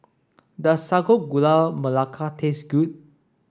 does Sago Gula Melaka taste good